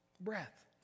Breath